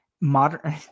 modern